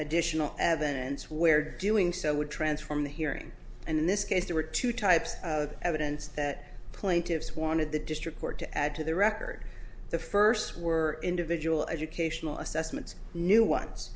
additional evidence where doing so would transform the hearing and in this case there were two types of evidence that plaintiffs wanted the district court to add to the record the first were individual educational assessments new ones